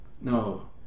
No